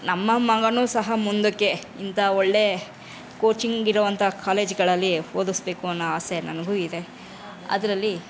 ನಮ್ಮ ಮಗನೂ ಸಹ ಮುಂದಕ್ಕೆ ಇಂಥ ಒಳ್ಳೆಯ ಕೋಚಿಂಗ್ ಇರುವಂಥ ಕಾಲೇಜುಗಳಲ್ಲಿ ಓದಿಸ್ಬೇಕು ಅನ್ನೋ ಆಸೆ ನನಗೂ ಇದೆ ಅದರಲ್ಲಿ